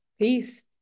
Peace